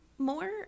more